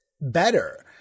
better